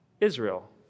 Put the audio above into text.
Israel